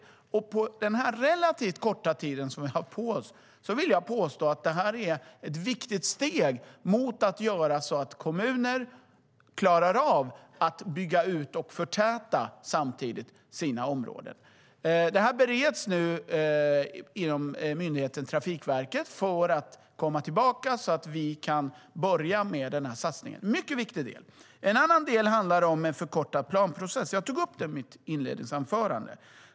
Jag vill påstå att detta, på den relativt korta tid som vi har haft på oss, är ett viktigt steg mot att se till att kommuner klarar av att bygga ut och förtäta sina områden. Detta bereds nu inom myndigheten Trafikverket, som ska komma tillbaka, och då kan vi börja med denna satsning. Det är en mycket viktig del. En annan del handlar om en förkortad planprocess. Jag tog upp det i mitt svar.